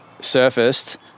surfaced